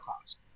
cost